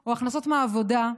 או הכנסות מעבודה,